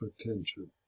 attention